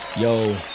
Yo